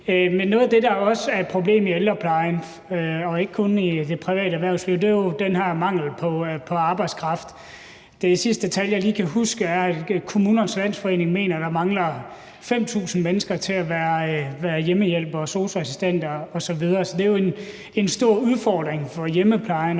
noget af det, der også er et problem i ældreplejen og ikke kun i det private erhvervsliv, er den her mangel på arbejdskraft. Det sidste tal, jeg lige kan huske, er, at Kommunernes Landsforening mener, at der mangler 5.000 mennesker til at være hjemmehjælpere og sosu-assistenter osv., så det er en stor udfordring for hjemmeplejen